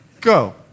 go